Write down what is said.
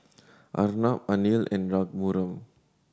Arnab Anil and Raghuram